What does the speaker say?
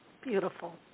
Beautiful